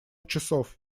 часов